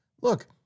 Look